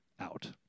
out